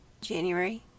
January